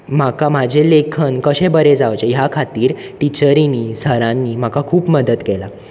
म्हाका म्हाजें लेखन कशें बरें जावचें ह्या खातीर टिचरिंनी सरांनी म्हाका खूब मदत केल्या